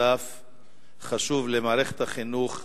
נוסף חשוב על מערכת החינוך,